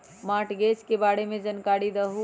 Mortgage के बारे में जानकारी देहु?